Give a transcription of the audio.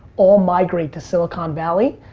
all migrate to silicon valley,